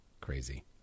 crazy